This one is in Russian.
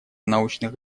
научных